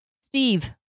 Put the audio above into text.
Steve